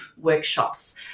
workshops